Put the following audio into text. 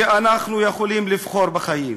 ואנחנו יכולים לבחור בחיים.